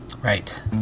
Right